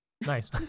Nice